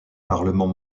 parlement